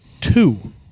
two